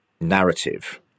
narrative